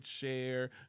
share